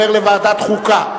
לוועדת החוקה.